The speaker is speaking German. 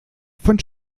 von